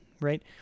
Right